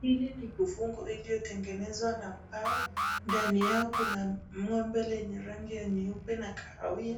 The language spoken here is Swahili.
Hili ni kufungu iliyotengenezwa na mbao, ndani yao kuna ngombe lenye rangi ya nyeupe nakawia,